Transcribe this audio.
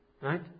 Right